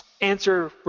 answer